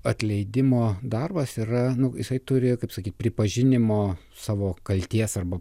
atleidimo darbas yra nu jisai turi kaip sakyt pripažinimo savo kaltės arba